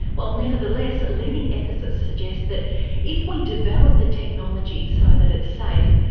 well, nevertheless leading ethicists suggest that if we develop the technology so that it's safe,